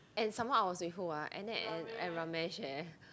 and some more I was with who ah Annette and and Ramesh eh